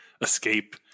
escape